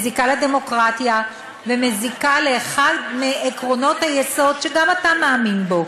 מזיקה לדמוקרטיה ומזיקה לאחד מעקרונות היסוד שגם אתה מאמין בו,